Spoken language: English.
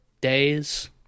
days